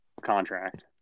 contract